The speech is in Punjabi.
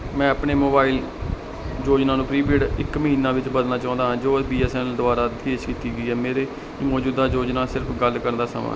ਮੈਂ ਆਪਣੇ ਮੋਬਾਈਲ ਯੋਜਨਾ ਨੂੰ ਪ੍ਰੀਪੇਡ ਇੱਕ ਮਹੀਨਾ ਵਿੱਚ ਬਦਲਣਾ ਚਾਹੁੰਦਾ ਹਾਂ ਜੋ ਬੀ ਐੱਸ ਐੱਨ ਐੱਲ ਦੁਆਰਾ ਪੇਸ਼ ਕੀਤੀ ਗਈ ਹੈ ਮੇਰੀ ਮੌਜੂਦਾ ਯੋਜਨਾ ਸਿਰਫ਼ ਗੱਲ ਕਰਨ ਦਾ ਸਮਾਂ ਹੈ